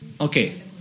Okay